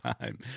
time